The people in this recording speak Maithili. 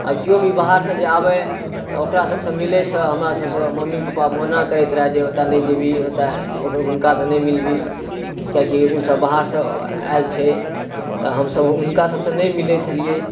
आओर केओ भी बाहरसँ जँ आबै तऽ ओकरासबसँ मिलैसँ हमरासबसँ मम्मी पापा मना करैत रहै जे ओतऽ नहि जेबही ओतऽ हुनकासँ नहि मिलबही कियाकि ओसब बाहरसँ आएल छै तऽ हमसब हुनकासबसँ नहि मिलै छलिए